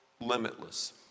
limitless